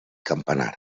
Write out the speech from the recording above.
campanar